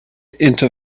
into